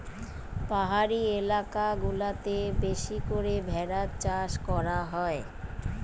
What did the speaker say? পাহাড়ি এলাকা গুলাতে বেশি করে ভেড়ার চাষ করা হয়